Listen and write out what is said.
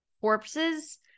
corpses